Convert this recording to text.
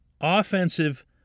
offensive